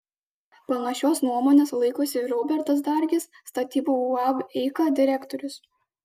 panašios nuomonės laikosi ir robertas dargis statybų uab eika direktorius